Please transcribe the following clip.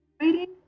waiting